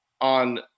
on